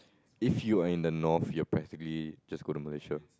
if you are in the north you are practically just go to Malaysia